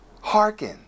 hearken